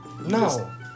No